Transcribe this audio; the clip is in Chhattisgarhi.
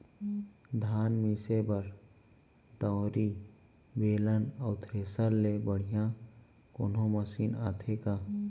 धान मिसे बर दंवरि, बेलन अऊ थ्रेसर ले बढ़िया कोनो मशीन आथे का?